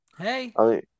Hey